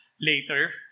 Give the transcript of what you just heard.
later